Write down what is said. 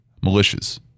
militias